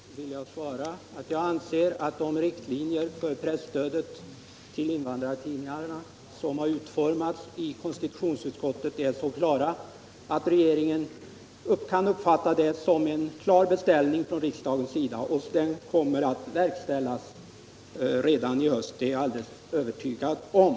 Herr talman! På herr Nordins fråga vill jag svara att jag anser att de riktlinjer för presstödet till invandrartidningarna som utformats i konstitutionsutskottet är så klara, att regeringen kan uppfatta dem som en klar beställning från riksdagens sida. Denna beställning kommer också att verkställas redan i höst, det är jag alldeles övertygad om.